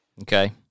Okay